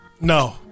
No